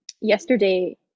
yesterday